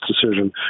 decision